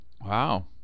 Wow